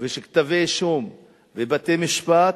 ושל כתבי-אישום בבתי-משפט,